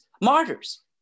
martyrs